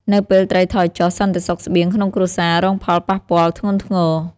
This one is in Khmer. នៅពេលត្រីថយចុះ សន្តិសុខស្បៀងក្នុងគ្រួសាររងផលប៉ះពាល់ធ្ងន់ធ្ងរ។